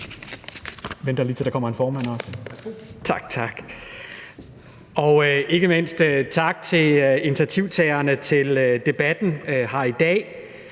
Tak, og ikke mindst tak til initiativtagerne til debatten her i dag.